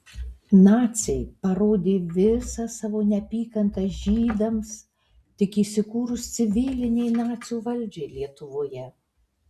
naciai parodė visą savo neapykantą žydams tik įsikūrus civilinei nacių valdžiai lietuvoje